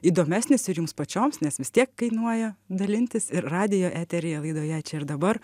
įdomesnis ir jums pačioms nes vis tiek kainuoja dalintis ir radijo eteryje laidoje čia ir dabar